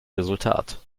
resultat